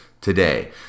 today